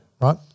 Right